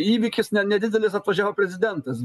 įvykis ne nedidelis atvažiavo prezidentas